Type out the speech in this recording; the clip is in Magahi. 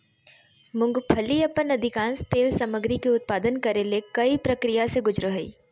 मूंगफली अपन अधिकांश तेल सामग्री के उत्पादन करे ले कई प्रक्रिया से गुजरो हइ